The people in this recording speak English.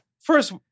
First